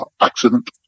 accident